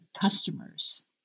customers